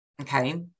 Okay